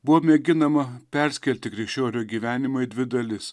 buvo mėginama perskelti krikščionio gyvenimą į dvi dalis